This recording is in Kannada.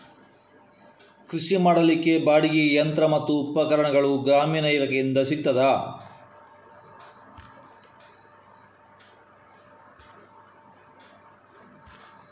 ಕೃಷಿ ಮಾಡಲಿಕ್ಕೆ ಬಾಡಿಗೆಗೆ ಯಂತ್ರ ಮತ್ತು ಉಪಕರಣಗಳು ಗ್ರಾಮೀಣ ಇಲಾಖೆಯಿಂದ ಸಿಗುತ್ತದಾ?